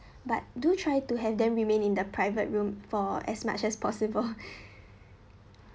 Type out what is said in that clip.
but do try to have them remain in the private room for as much as possible